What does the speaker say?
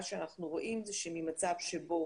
מה שאנחנו רואים זה שממצב שבו